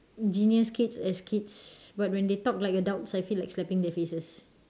genius kids as kids but when they talk like adults I feel like slapping their faces